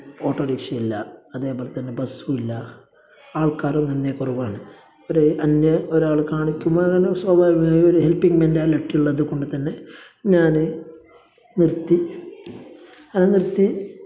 autorickshaw ഇല്ല അതേപോലെ തന്നെ ബസ്സുമില്ല ആൾക്കാർ നന്നെ കുറവാണ് ഒരു അന്യ ഒരാൽ കാണിക്കുമ്പോഴാണ് സ്വാഭാവികമായും ഒരു ഹെൽപ്പിംഗ് മെൻ്റാലിറ്റിയുള്ളത് കൊണ്ട് തന്നെ ഞാൻ നിർത്തി അത് നിർത്തി